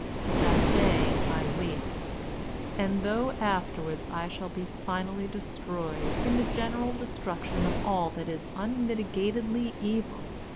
for that day i wait and though afterwards i shall be finally destroyed in the general destruction of all that is unmitigatedly evil,